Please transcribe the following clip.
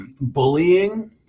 Bullying